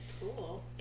Cool